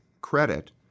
credit